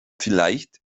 vielleicht